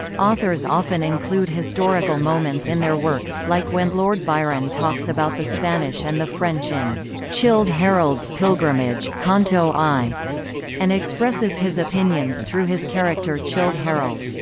authors often include historical moments in their works, like when lord byron talks about the spanish and the french in childe harold's pilgrimage canto i and expresses his opinions through his character childe harold.